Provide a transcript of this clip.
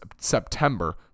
September